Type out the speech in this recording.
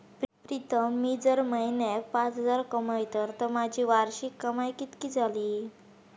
प्रीतम मी जर म्हयन्याक पाच हजार कमयतय तर माझी वार्षिक कमाय कितकी जाली?